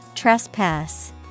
Trespass